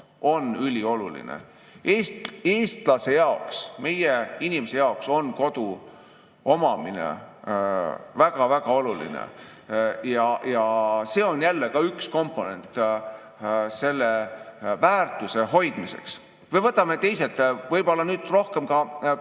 on ülioluline. Eestlase jaoks, meie inimese jaoks on kodu omamine väga-väga oluline. Ja see on ka üks komponent selle väärtuse hoidmiseks. Või võtame teise asja, võib-olla nüüd rohkem ka